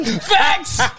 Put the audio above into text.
Facts